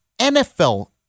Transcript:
NFL